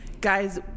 Guys